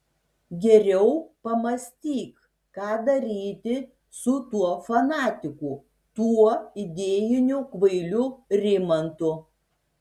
geriau pamąstyk ką daryti su tuo fanatiku tuo idėjiniu kvailiu rimantu